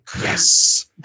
yes